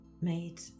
made